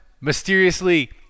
mysteriously